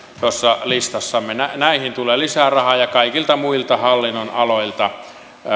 tuossa listassamme näihin tulee lisää rahaa ja kaikilta muilta hallinnonaloilta